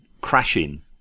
crashing